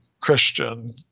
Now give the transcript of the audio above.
Christian